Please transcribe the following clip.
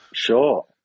Sure